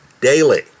daily